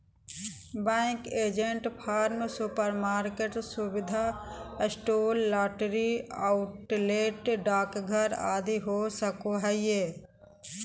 bank agent farm, supermarket, सुविधा store, lottery outlet, डाकघर आदि हो सको हइ